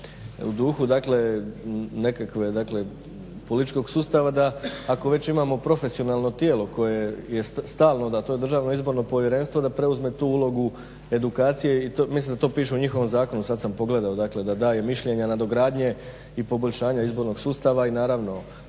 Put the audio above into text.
dakle nekakve političkog sustava da ako već imamo profesionalno tijelo koje je stalno, da je to Državno izborno povjerenstvo da preuzme tu ulogu edukacije i mislim da to piše u njihovom zakonu, sad sam pogledao, dakle da daju mišljenja nadogradnje i poboljšanja izbornog sustava i naravno